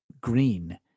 green